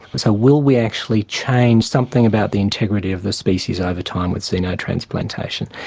but so, will we actually change something about the integrity of the species over time with xenotransplantation?